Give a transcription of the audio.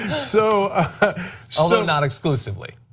so although not exclusively.